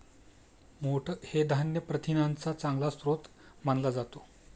मोठ हे धान्य प्रथिनांचा चांगला स्रोत मानला जातो